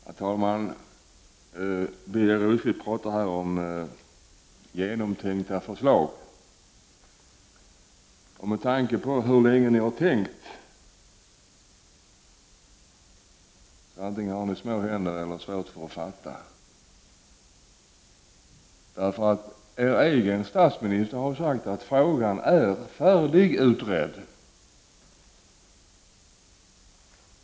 Herr talman! Birger Rosqvist talar här om genomtänkta förslag. Med tanke på hur länge ni tänkt har ni antingen små händer eller svårt att fatta. Er egen statsminister har sagt att frågan är färdigutredd.